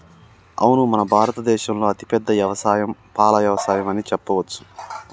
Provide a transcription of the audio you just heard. అవును మన భారత దేసంలో అతిపెద్ద యవసాయం పాల యవసాయం అని చెప్పవచ్చు